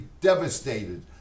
devastated